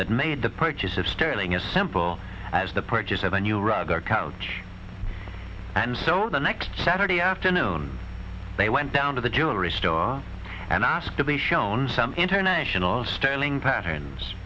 that made the purchase of sterling as simple as the purchase of a new rug or couch and so the next saturday afternoon they went down to the jewelry store and asked to be shown some international styling patterns